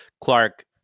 Clark